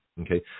Okay